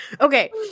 Okay